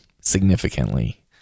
significantly